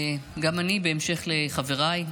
בהמשך לחבריי,